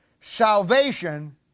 salvation